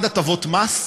1. הטבות מס,